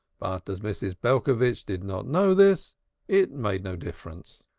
but as mrs. belcovitch did not know this it made no difference.